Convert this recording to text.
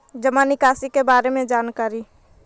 जामा निकासी के बारे में जानकारी?